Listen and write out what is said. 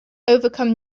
overcome